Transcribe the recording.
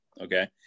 Okay